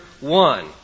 one